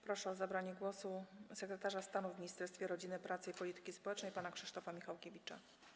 Proszę o zabranie głosu sekretarza stanu w Ministerstwie Rodziny, Pracy i Polityki Społecznej pana Krzysztofa Michałkiewicza.